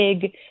big